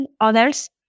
others